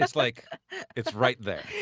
ah like it's right there.